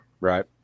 Right